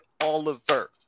Oliver